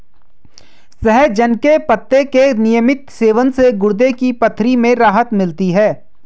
सहजन के पत्ते के नियमित सेवन से गुर्दे की पथरी में राहत मिलती है